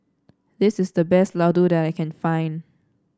this is the best laddu that I can find